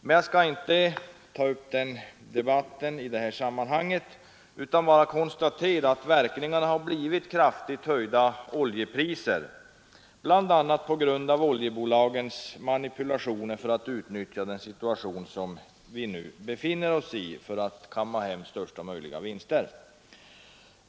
Jag skall emellertid inte ta upp den saken i detta sammanhang utan bara konstatera att verkningarna blivit kraftigt höjda oljepriser, bl.a. på grund av oljebolagens manipulationer för att utnyttja den situation som vi nu befinner oss i och kamma hem största möjliga vinster.